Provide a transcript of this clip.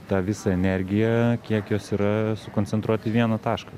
tą visą energiją kiek jos yra sukoncentruot į vieną tašką